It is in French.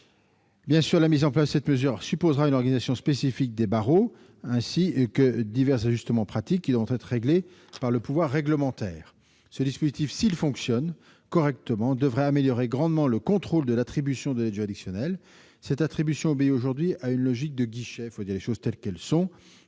Bien sûr, la mise en place de cette mesure supposera une organisation spécifique des barreaux, ainsi que divers ajustements pratiques qui devront être réglés par le pouvoir réglementaire. Ce dispositif, s'il fonctionne correctement, devrait améliorer grandement le contrôle de l'attribution de l'aide juridictionnelle. Cette attribution obéit aujourd'hui à une logique de guichet, disons les choses telles qu'elles sont